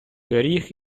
пиріг